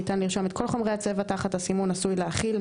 ניתן לרשום את כל חומרי הצבע תחת הסימון "עשוי להכיל",